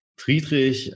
Friedrich